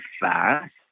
fast